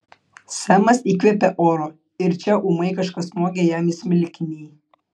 semas įkvėpė oro ir čia ūmai kažkas smogė jam į smilkinį